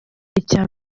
icya